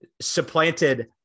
supplanted